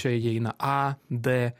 čia įeina a d